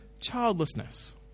childlessness